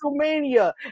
WrestleMania